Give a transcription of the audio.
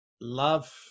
Love